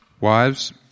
Wives